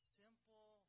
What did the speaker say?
simple